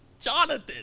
Jonathan